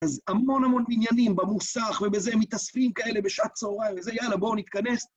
אז המון המון עניינים במוסך, ובזה מתאספים כאלה בשעת צהריים, וזה יאללה, בואו נתכנס...